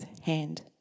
hand